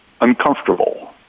uncomfortable